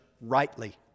rightly